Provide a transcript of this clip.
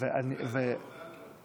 מזל טוב.